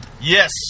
Yes